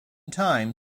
time